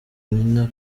nina